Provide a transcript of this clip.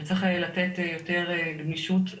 וצריך לתת יותר גמישות,